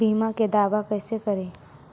बीमा के दावा कैसे करी?